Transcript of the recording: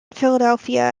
philadelphia